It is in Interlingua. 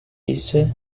pisce